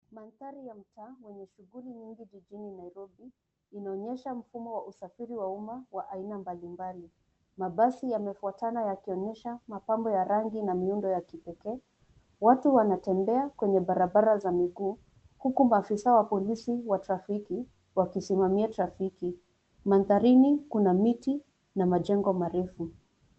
Mandhari ya mtaa wenye shughuli nyingi jijini Nairobi inaonyesha mfumo wa usafiri wa umma wa aina mbalimbali. Mabasi yamefuatana yakionyesha mapambo ya rangi na miundo ya kipekee. Watu wanatembea kwenye barabara za miguu huku maafisa wa polisi wa trafiki wakisimamia trafiki. Mandharini kuna miti na majengo marefu.